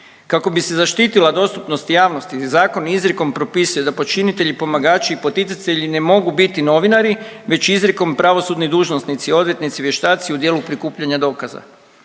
Kako bi se zaštitila dostupnost javnosti zakon izrijekom propisuje da počinitelji i pomagači i poticatelji ne mogu biti novinari već izrijekom pravosudni dužnosnici, odvjetnici, vještaci u dijelu prikupljanja dokaza.